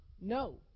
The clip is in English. No